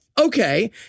Okay